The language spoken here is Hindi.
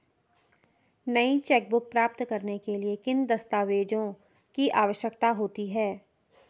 नई चेकबुक प्राप्त करने के लिए किन दस्तावेज़ों की आवश्यकता होती है?